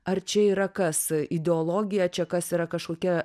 ar čia yra kas ideologija čia kas yra kažkokia